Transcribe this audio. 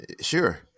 Sure